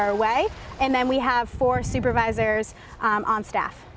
are away and then we have four supervisors on staff